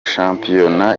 shampiyona